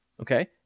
okay